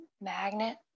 magnet